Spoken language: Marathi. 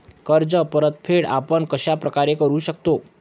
कर्ज परतफेड आपण कश्या प्रकारे करु शकतो?